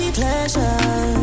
pleasure